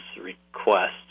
request